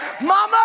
Mama